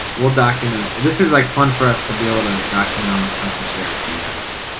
we'll document it. this is like fun for us to be able to document all the stuff and share it with you guys